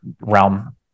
realm